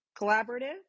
Collaborative